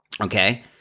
okay